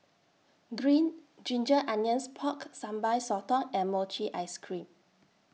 Green Ginger Onions Pork Sambal Sotong and Mochi Ice Cream